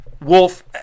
wolf